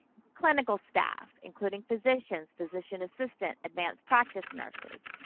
clinical staff, including physicians, physician assistant, advanced practice nurses,